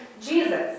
Jesus